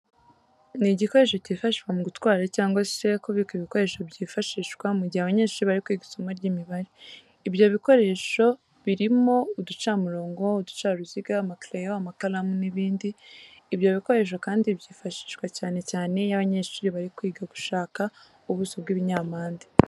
Ni igikoresho kifashishwa mu gutwara cyangwa se kubika ibikoresho byifashishwa mu gihe abanyeshuri bari kwiga isomo ry'imibare. Ibyo bikoresho birimo uducamurongo, uducaruziga, amakereyo, amakaramu n'ibindi. Ibyo bikoresho kandi byifashishwa cyane cyane iyo abanyeshuri bari kwiga gushaka ubuso bw'ibinyampande.